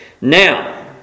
Now